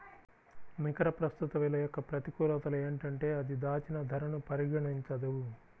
నికర ప్రస్తుత విలువ యొక్క ప్రతికూలతలు ఏంటంటే అది దాచిన ధరను పరిగణించదు